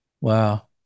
wow